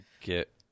get